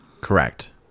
Correct